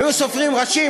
היו סופרים ראשים,